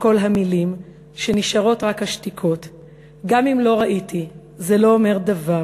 כל המילים/ שנשארות רק השתיקות.// גם אם לא ראיתי/ זה לא אומר דבר,/